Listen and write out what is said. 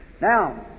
Now